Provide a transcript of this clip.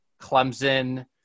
Clemson